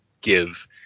give